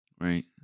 right